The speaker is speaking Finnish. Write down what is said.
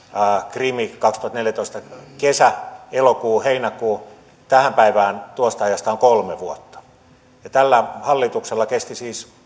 krim kaksituhattaneljätoista kesä heinä ja elokuu tähän päivään tuosta ajasta on kolme vuotta tällä hallituksella kesti siis